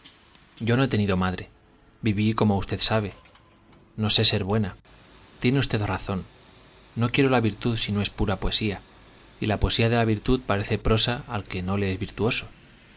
yo no he tenido madre viví como usted sabe no sé ser buena tiene usted razón no quiero la virtud sino es pura poesía y la poesía de la virtud parece prosa al que no es virtuoso